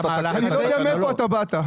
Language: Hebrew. אני לא יודע מאיפה אתה באת.